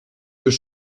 deux